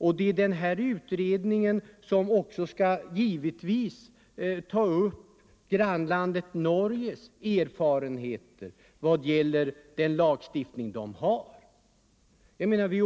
Givetvis bör utredningen också studera grannlandet Norges erfarenheter av den lagstiftning som där finns. Vi